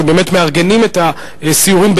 שבאמת מארגנים את הסיורים,